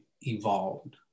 evolved